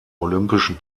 olympischen